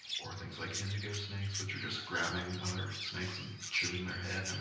or things like indigo snakes which are just grabbing other snakes and chewing their head. and